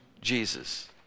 Jesus